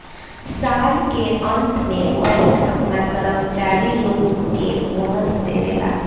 साल के अंत में बैंक आपना कर्मचारी लोग के बोनस देवेला